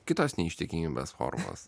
kitos neištikimybės formos